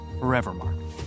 Forevermark